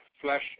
flesh